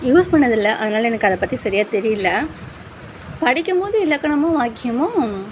use பண்ணது இல்லை அதனால் எனக்கு அதை பற்றி சரியாக தெரியல படிக்கும் போது இலக்கணமும் வாக்கியமும்